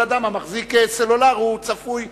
כל אדם המחזיק סלולרי צפוי,